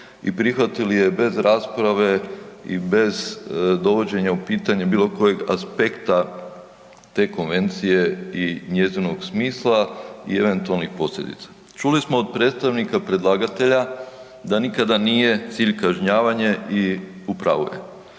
prihvatili je bez rasprave i bez dovođenja u pitanje bilo kojeg aspekta te konvencije i njezinog smisla i eventualnih posljedica. Čuli smo od predstavnika predlagatelja da nikada nije cilj kažnjavanje i u pravu je.